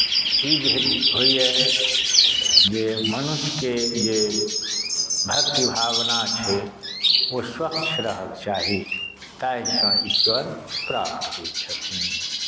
ई भेँट होइए जे मनुष्यके जे भक्ति भावना छै ओ स्वच्छ रहक चाही ताहिसँ ईश्वर प्राप्त होइत छथिन